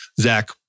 Zach